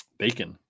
bacon